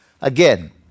Again